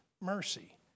mercy